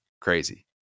Crazy